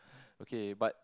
okay but